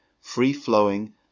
free-flowing